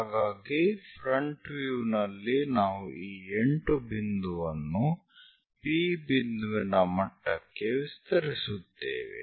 ಹಾಗಾಗಿ front view ನಲ್ಲಿ ನಾವು ಈ 8 ಬಿಂದುವನ್ನು P ಬಿಂದುವಿನ ಮಟ್ಟಕ್ಕೆ ವಿಸ್ತರಿಸುತ್ತೇವೆ